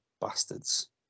bastards